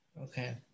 Okay